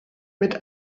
mit